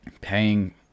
paying